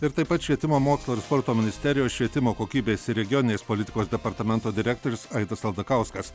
ir taip pat švietimo mokslo ir sporto ministerijos švietimo kokybės ir regioninės politikos departamento direktorius aidas aldakauskas